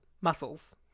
muscles